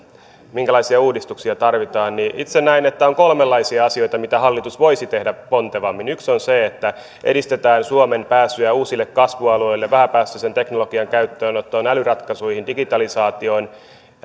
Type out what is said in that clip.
minkälaisia uudistuksia tarvitaan niin itse näen että on kolmenlaisia asioita mitä hallitus voisi tehdä pontevammin yksi on se että edistetään suomen pääsyä uusille kasvualueille vähäpäästöisen teknologian käyttöönottoon älyratkaisuihin digitalisaatioon